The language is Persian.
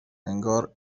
انگار